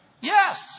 Yes